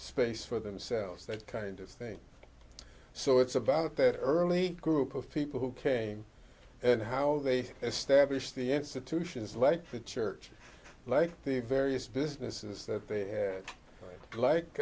space for themselves that kind of thing so it's about their early group of people who came and how they established the institutions like the church like the various businesses that they had like